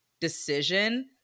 decision